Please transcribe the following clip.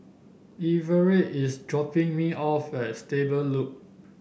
Everette is dropping me off at Stable Loop